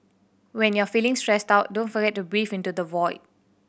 when you are feeling stressed out don't forget to breathe into the void